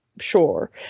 Sure